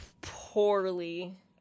poorly